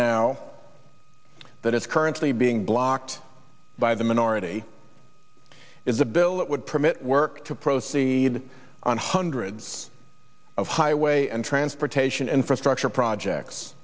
now that it's currently being blocked by the minority is a bill that would permit work to proceed on hundreds of highway and transportation infrastructure projects